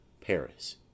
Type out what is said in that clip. Paris